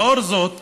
לאור זאת,